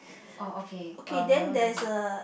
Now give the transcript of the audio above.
oh okay uh my one don't have